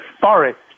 forest